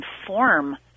inform